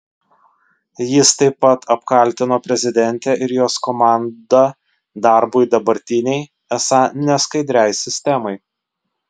jis taip pat apkaltino prezidentę ir jos komandą darbu dabartinei esą neskaidriai sistemai